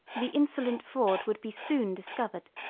the insolent fraud would be soon discovered,